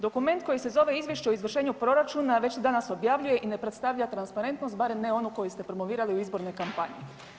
Dokument koji se zove izvješće o izvršenju proračuna, već se danas objavljuje i ne predstavlja transparentnost barem ne onu koju ste promovirali u izbornoj kampanji.